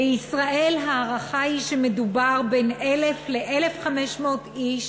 בישראל, ההערכה היא שמדובר בבין 1,000 ל-1,500 איש